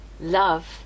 Love